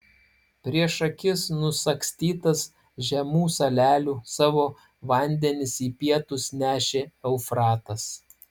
prieš akis nusagstytas žemų salelių savo vandenis į pietus nešė eufratas